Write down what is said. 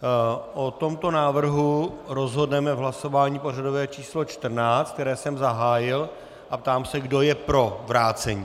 O tomto návrhu rozhodneme v hlasování pořadové číslo 14, které jsem zahájil, a ptám se, kdo je pro vrácení.